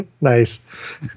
nice